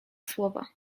słowa